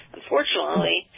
Unfortunately